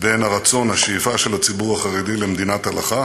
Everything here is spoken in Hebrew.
בין הרצון, השאיפה, של הציבור החרדי למדינת הלכה